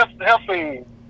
helping